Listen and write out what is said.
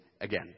again